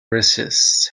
recess